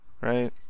right